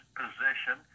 position